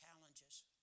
challenges